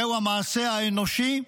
זהו המעשה האנושי.